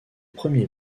premiers